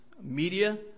media